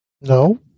No